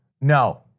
No